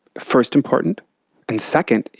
first, important and, second,